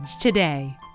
today